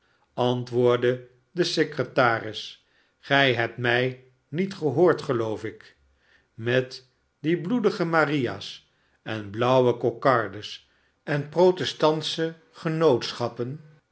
antwoordde de secretaris gij hebt mij niet gehoord geloof ik met die bloedige maria's en blauwe kokardes en protestantsche genootschappen